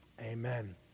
amen